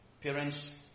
Parents